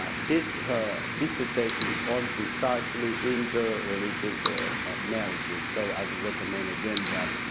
ah did her dissertation on precisely interreligious ah ah marriages, so i'd recommend again that,